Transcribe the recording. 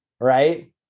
Right